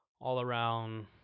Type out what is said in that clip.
all-around